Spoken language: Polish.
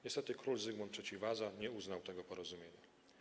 Niestety król Zygmunt III Waza nie uznał tego porozumienia.